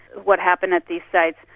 what happened at these sites,